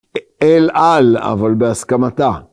אל על, אבל בהסכמתה.